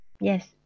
Yes